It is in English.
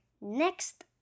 next